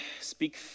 speak